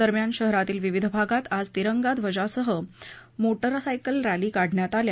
दरम्यान शहरातील विविध भागात आज तिरंगा ध्वजांसह मोटरसायकल रस्ती काढण्यात आल्या